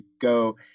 go